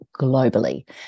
globally